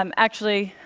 um actually,